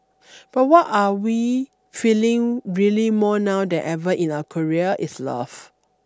but what are we feeling really more now than ever in our career is love